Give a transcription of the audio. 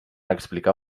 explicar